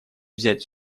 взять